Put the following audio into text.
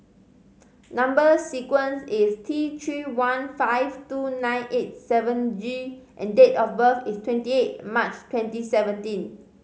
number sequence is T Three one five two nine eight seven G and date of birth is twenty eight March twenty seventeen